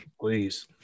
Please